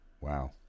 wow